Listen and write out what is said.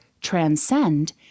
transcend